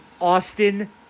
Austin